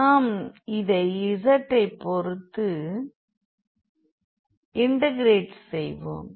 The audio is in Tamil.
நாம் இதை z ஐ பொறுத்து இன்டெகிரெட் செய்வோம்